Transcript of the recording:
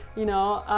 you know,